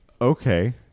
Okay